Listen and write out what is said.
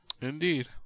Indeed